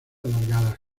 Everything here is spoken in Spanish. alargadas